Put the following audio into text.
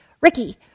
Ricky